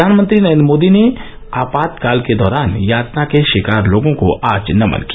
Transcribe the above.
प्रधानमंत्री नरेन्द्र मोदी ने आपातकाल के दौरान यातना के शिकार लोगों को आज नमन किया